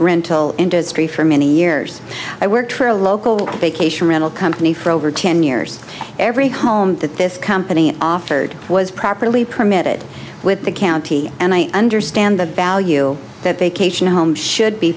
rental industry for many years i worked for a local vacation rental company for over ten years every home that this company offered was properly permitted with the county and i understand the value that they